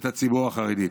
את הציבור החרדי.